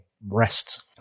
breasts